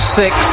six